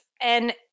And-